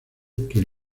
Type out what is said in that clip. quien